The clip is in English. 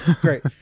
great